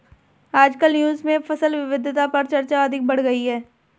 आजकल न्यूज़ में फसल विविधता पर चर्चा अधिक बढ़ गयी है